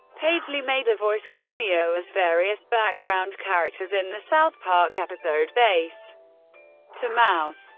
paisley made a voice cameo as various background characters in the south park episode bass to mouth.